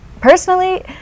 personally